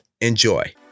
Enjoy